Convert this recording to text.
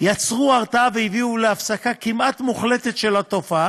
יצר הרתעה והביא להפסקה כמעט מוחלטת של התופעה,